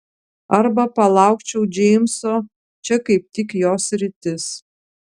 arba palaukčiau džeimso čia kaip tik jo sritis